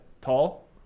tall